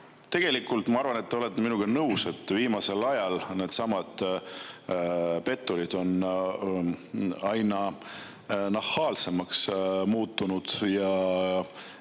Tegelikult ma arvan, et te olete minuga nõus, et viimasel ajal needsamad petturid on aina nahaalsemaks muutunud ja käituvad